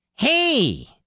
Hey